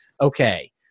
okay